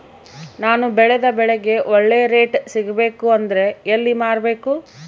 ನಾನು ಬೆಳೆದ ಬೆಳೆಗೆ ಒಳ್ಳೆ ರೇಟ್ ಸಿಗಬೇಕು ಅಂದ್ರೆ ಎಲ್ಲಿ ಮಾರಬೇಕು?